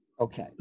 Okay